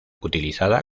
utilizada